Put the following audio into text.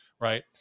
right